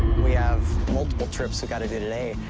we have multiple trips we've got to do today.